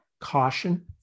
caution